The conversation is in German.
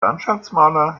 landschaftsmaler